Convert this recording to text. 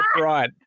right